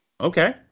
Okay